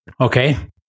Okay